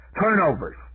Turnovers